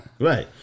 right